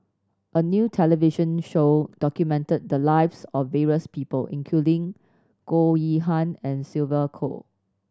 a new television show documented the lives of various people including Goh Yihan and Sylvia Kho